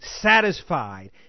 satisfied